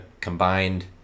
combined